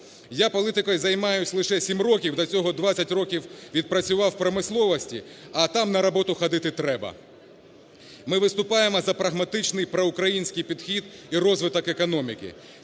Я політикою займаюся лише сім років, до цього двадцять років відпрацював в промисловості, а там на роботу ходити треба. Ми виступаємо за прагматичний проукраїнський підхід і розвиток економіки.